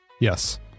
Yes